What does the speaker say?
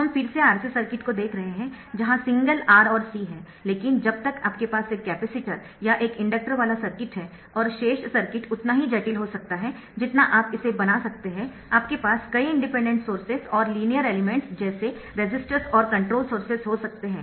हम फिर से RC सर्किट को देख रहे है जहां सिंगल R और C है लेकिन जब तक आपके पास एक कपैसिटर या एक इंडक्टर वाला सर्किट है और शेष सर्किट उतना ही जटिल हो सकता है जितना आप इसे बना सकते है आपके पास कई इंडिपेंडेंट सोर्सेस और लिनियर एलिमेंट्स जैसे रेसिस्टर्स और कंट्रोल्ड सोर्सेस हो सकते है